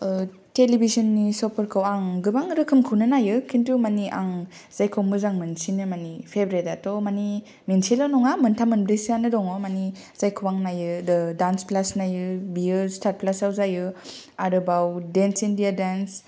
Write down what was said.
टेलिभिसननि श'फोरखौ आं गोबां रोखोमखौनो नायो खिन्थु मानि आं जायखौ मोजां मोनसिनो मानि फेब्रेटआथ' मानि मोनसेल' नङा मोनथाम मोनब्रैसोआनो दङ मानि जायखौ आं नायो डान्स प्लास नायो बियो स्टार प्लासाव जायो आरोबाव डेन्स इण्डिया डेन्स